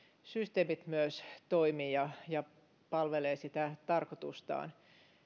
systeemit myös toimivat ja palvelevat sitä tarkoitustaan